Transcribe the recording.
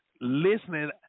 listening